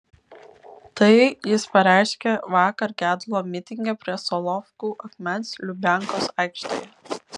tai jis pareiškė vakar gedulo mitinge prie solovkų akmens lubiankos aikštėje